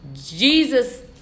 Jesus